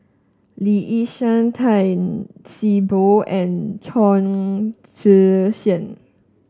Lee Yi Shyan Tan See Boo and Chong Tze Chien